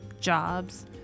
jobs